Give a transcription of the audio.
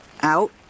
Out